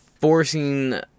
forcing